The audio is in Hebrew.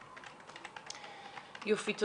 החינוך, הבריאות, העלייה והקליטה, ביטחון פנים.